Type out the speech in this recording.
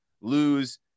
lose